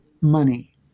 money